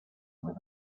with